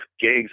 gigs